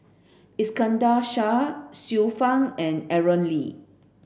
Iskandar Shah Xiu Fang and Aaron Lee